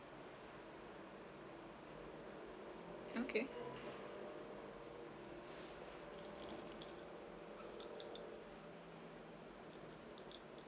okay